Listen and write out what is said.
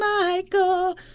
Michael